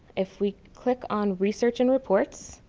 if we click on research and reports,